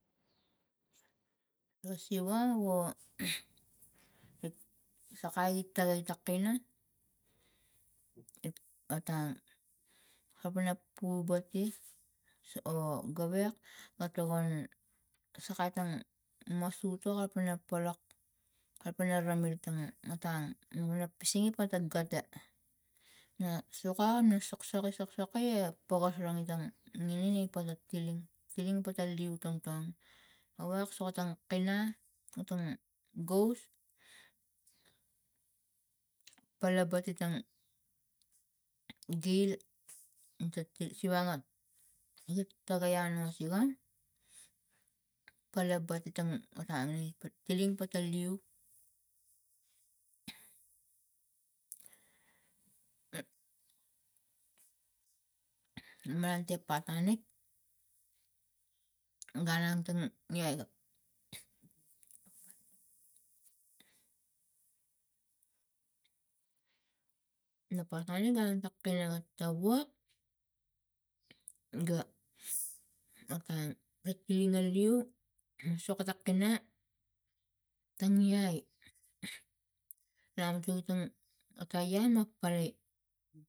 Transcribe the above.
Lo siva wo ik sakai gi tangi ta kena it ta tang kalapangna poubati o gowek ga tokon sakai tang masu tu kalapang na polok kalapang na ramit a taman otang na pisingi pata gata na suka nuk soksokoi a pokos ro ngi tang gini gi paka ti ling tiling pata leu tong tong o wak soko tang kina otang gost pala batitang gil ta sivanok tagai amo sigang palabat itang otang la tiling pata leu malang ti patonik gun lang tang miai na patonik ganang ta panang towat ga otang ga tiling ga leu soko ta kena tangi iai menang tiv tang ta ma pare